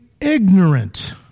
ignorant